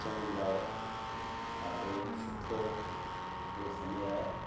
अचण लाइ ॾाढो सुठो इहो समय आहे